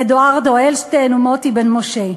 אדוארדו אלשטיין ומוטי בן-משה,